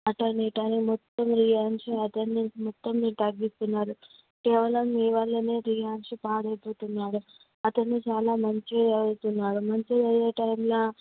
అటు అని ఇటు అని అని మొత్తం రియాన్స్ అటెండన్స్ మొత్తం మీరు తగ్గిస్తున్నారు కేవలం మీ వల్లనే రియాన్స్ పాడైపోతున్నాడు అతను చాలా మంచిగా చదువుతున్నాడు మంచిగా చదివే టైంలో